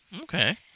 okay